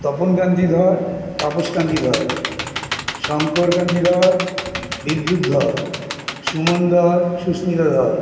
তপনকান্তি ধর তাপসকান্তি ধর শঙ্করকান্তি ধর বিদ্যুৎ ধর সুমন ধর সুস্মিতা ধর